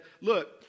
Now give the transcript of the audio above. Look